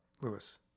Lewis